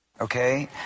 okay